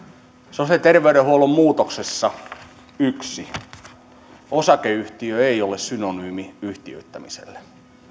sosiaali ja terveydenhuollon muutoksessa ensinnäkään osakeyhtiö ei ole synonyymi yhtiöittämiselle